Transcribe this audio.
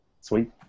Sweet